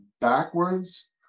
backwards